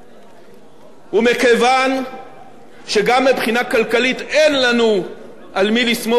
מכיוון שגם מבחינה כלכלית אין לנו על מי לסמוך אלא על עצמנו,